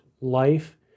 life